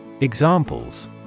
Examples